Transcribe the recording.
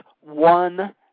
one